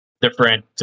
Different